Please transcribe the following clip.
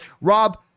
Rob